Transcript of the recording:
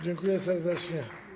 Dziękuję serdecznie.